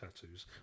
tattoos